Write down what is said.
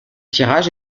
tirage